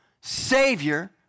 savior